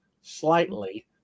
slightly